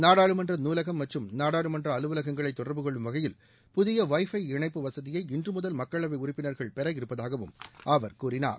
நாடாளுமன்ற நூலகம் மற்றும் நாடாளுமன்ற அலுவலகங்களை தொடர்பு கொள்ளும் வகையில் புதிய வைஃபை இணைப்பு வசதியை இன்று முதல் மக்களவை உறுப்பினர்கள் பெற இருப்பதாகவும் அவர் கூறினார்